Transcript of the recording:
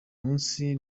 munsi